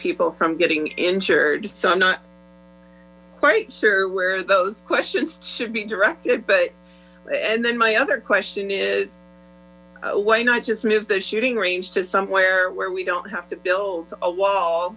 people from getting injured so i'm not quite sure where those questions should be directed but and then my other question is why not just move the shooting range to somewhere where w don't have to build a